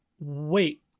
wait